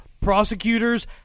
prosecutors